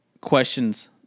questions